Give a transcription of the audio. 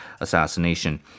assassination